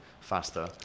faster